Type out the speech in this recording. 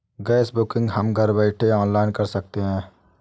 gas booking हम घर बैठे ऑनलाइन कर सकते है